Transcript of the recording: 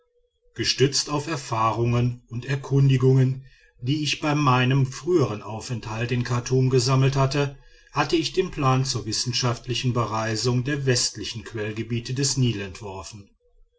gestützt auf erfahrungen und erkundigungen die ich bei meinem frühern aufenthalt in chartum gesammelt hatte hatte ich den plan zur wissenschaftlichen bereisung der westlichen quellgebiete des